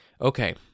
okay